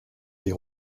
des